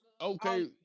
okay